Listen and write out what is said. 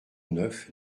neuf